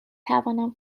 توانم